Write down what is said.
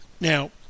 Now